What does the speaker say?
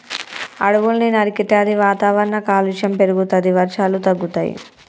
అడవుల్ని నరికితే అది వాతావరణ కాలుష్యం పెరుగుతది, వర్షాలు తగ్గుతయి